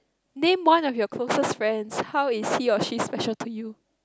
name one of your closest friends how is he or she special to you